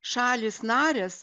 šalys narės